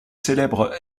célèbres